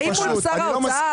האם מול שר האוצר?